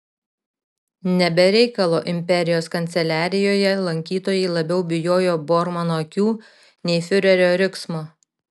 ne be reikalo imperijos kanceliarijoje lankytojai labiau bijojo bormano akių nei fiurerio riksmo